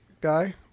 guy